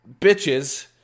bitches